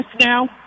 now